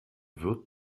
wird